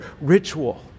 ritual